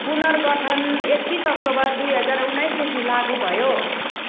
पुनर्गठन एक्तिस अक्टोबर दुई हजार उन्नाइसदेखि लागु भयो